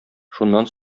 шуннан